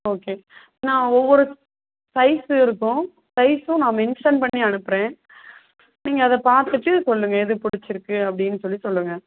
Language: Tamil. ஓகே நான் ஒவ்வொரு சைஸுருக்கும் சைஸும் நான் மென்சன் பண்ணி அனுப்புகிறேன் நீங்கள் அதைப்பாத்துட்டு சொல்லுங்கள் எது பிடிச்சிருக்கு அப்படின்னு சொல்லி சொல்லுங்கள்